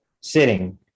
sitting